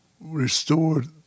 restored